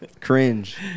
cringe